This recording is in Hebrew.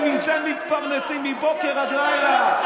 מזה אתם מתפרנסים מבוקר עד לילה.